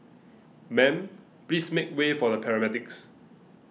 ma'am please make way for the paramedics